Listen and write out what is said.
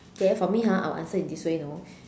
okay for me ha I will answer it this way you know